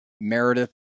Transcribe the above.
Meredith